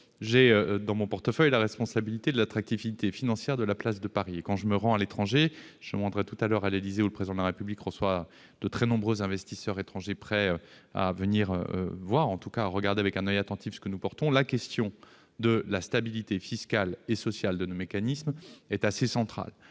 Dans mon portefeuille, j'ai la responsabilité de l'attractivité financière de la Place de Paris. Lorsque je vais à l'étranger- je me rendrai tout à l'heure à l'Élysée où le Président de la République reçoit de très nombreux investisseurs étrangers prêts à venir voir ou, en tout cas, à regarder avec un oeil attentif ce que nous portons -, la question de la stabilité fiscale et sociale de nos mécanismes est assez centrale.